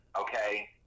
okay